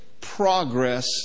progress